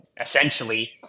Essentially